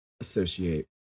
associate